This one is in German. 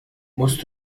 musst